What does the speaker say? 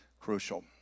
crucial